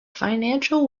financial